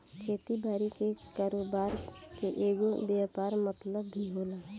खेती बारी के कारोबार के एगो व्यापक मतलब भी होला